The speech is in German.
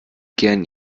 gern